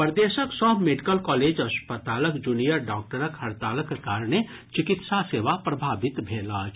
प्रदेशक सभ medical college अस्पतालक जूनियर डॉक्टरक हड़तालक कारणे चिकित्सा सेवा प्रभावित भेल अछि